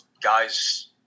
guys